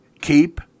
keep